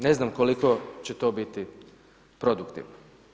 Ne znam koliko će to biti produktivno.